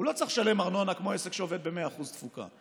לא צריך לשלם ארנונה כמו עסק שעובד ב-100% תפוקה.